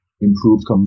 improved